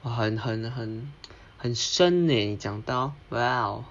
!whoa! 很很很很深 eh 讲到 !wow!